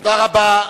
תודה רבה.